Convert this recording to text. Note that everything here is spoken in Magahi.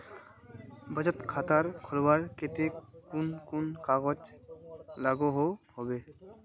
बचत खाता खोलवार केते कुन कुन कागज लागोहो होबे?